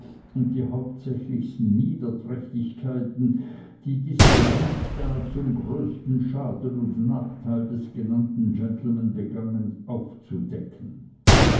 und die hauptsächlichsten niederträchtigkeiten die dieser heep da zum größten schaden und nachteil des genannten gentleman begangen aufzudecken